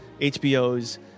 HBO's